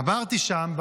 אמרתי שם,